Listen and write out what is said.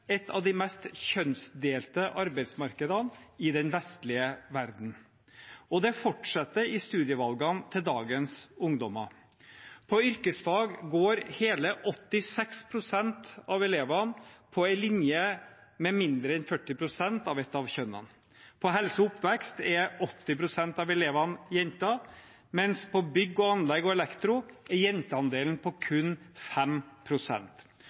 et av de mest kjønnsdelte arbeidsmarkedene i den vestlige verden. Det fortsetter i studievalgene til dagens ungdommer. På yrkesfag går hele 86 pst. av elevene på en linje med mindre enn 40 pst. av ett av kjønnene. På helse- og oppvekstfag er 80 pst. av elevene jenter, mens på bygg og anlegg og elektro er jenteandelen på